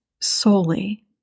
solely